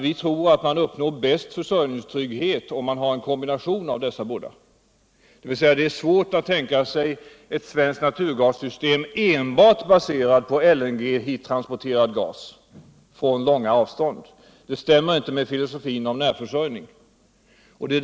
Vi tror att man uppnår den bästa försörjningstryggheten genom en kombination av de båda transportsätten. Det är svårt att tänka sig eu svenskt naturgassystem baserat enbart på LNG-transporterad gas. Det stämmer inte med filosofin om närförsörjning.